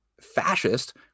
fascist